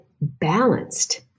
balanced